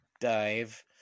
dive